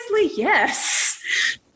yes